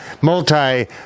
multi